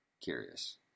Curious